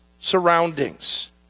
surroundings